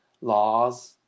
laws